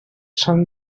són